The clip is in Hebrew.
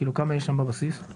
כמה יש לנו בסעיף?